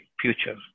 future